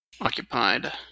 occupied